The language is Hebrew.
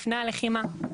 לפני הלחימה,